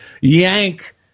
yank